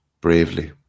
bravely